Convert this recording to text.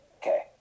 okay